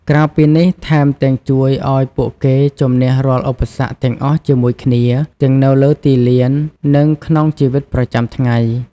ក្រៅពីនេះ ថែមទាំងជួយឱ្យពួកគេជំនះរាល់ឧបសគ្គទាំងអស់ជាមួយគ្នា ទាំងនៅលើទីលាន និងក្នុងជីវិតប្រចាំថ្ងៃ។